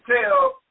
tell